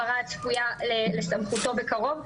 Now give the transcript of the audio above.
הצפויה לסמכותו בקרוב,